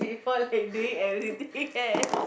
before like doing everything yes